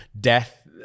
death